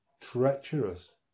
treacherous